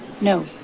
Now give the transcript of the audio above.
No